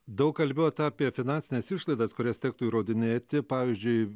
daug kalbėjot apie finansines išlaidas kurias tektų įrodinėti pavyzdžiui